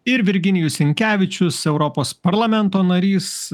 ir virginijus sinkevičius europos parlamento narys